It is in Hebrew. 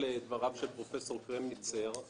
לדבריו של פרופסור קרמניצר.